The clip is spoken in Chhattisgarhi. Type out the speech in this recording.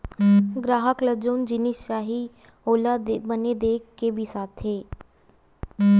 गराहक ल जउन जिनिस चाही ओला बने देख के बिसाथे